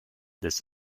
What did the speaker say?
this